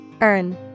Earn